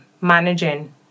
managing